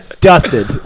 Dusted